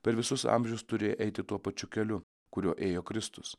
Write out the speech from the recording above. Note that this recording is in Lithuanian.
per visus amžius turi eiti tuo pačiu keliu kuriuo ėjo kristus